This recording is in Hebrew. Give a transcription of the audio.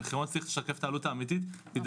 המחירון צריך לשקף את העלות האמיתית כדי